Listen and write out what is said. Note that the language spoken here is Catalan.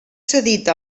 cedit